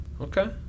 Okay